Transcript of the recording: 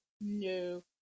No